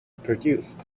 produced